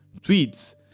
tweets